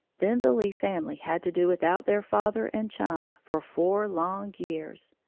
then the lee family had to do without their father and chum for four long years.